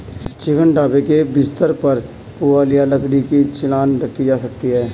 chicken दड़बे के बिस्तर पर पुआल या लकड़ी की छीलन रखी जा सकती है